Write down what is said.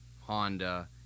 Honda